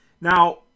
Now